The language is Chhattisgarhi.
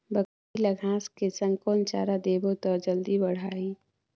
बकरी ल घांस के संग कौन चारा देबो त जल्दी बढाही?